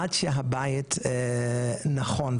עד שהבית נכון,